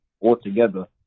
altogether